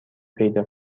پیدا